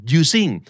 using